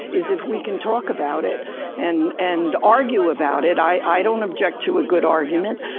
is if we can talk about it and and argue about it. i don't object to a good argument.